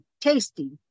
tasty